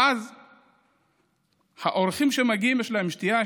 אז לאורחים שמגיעים יש שתייה,